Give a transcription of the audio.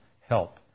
help